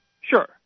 Sure